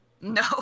No